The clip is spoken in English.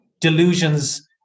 delusions